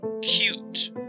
cute